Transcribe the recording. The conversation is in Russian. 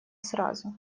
сразу